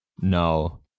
no